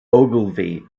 ogilvy